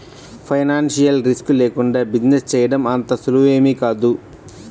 financial risk లేకుండా business చేయడం అంత సులువేమీ కాదు